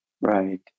Right